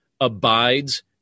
abides